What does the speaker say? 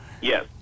Yes